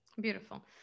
Beautiful